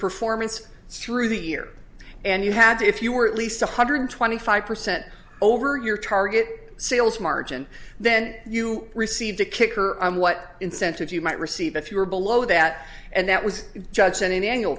performance through the year and you had to if you were at least one hundred twenty five percent over your target sales margin then you received a kicker on what incentives you might receive if you were below that and that was just sent an annual